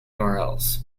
urls